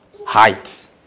height